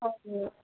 हजुर